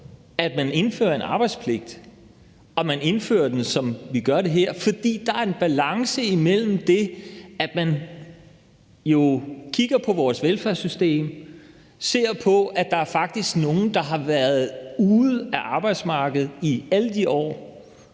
at man indfører en arbejdspligt, og at man indfører den, som vi gør det her, for der er en balance imellem det, at man kigger på vores velfærdssystem, ser på, at der faktisk er nogle, der har været ude af arbejdsmarkedet i alle de år,